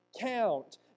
count